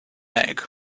egg